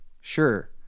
sure